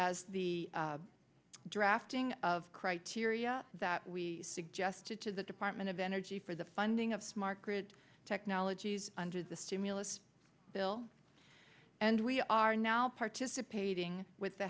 as the drafting of criteria that we suggested to the department of energy for the funding of smart grid technologies under the stimulus bill and we are now participating with the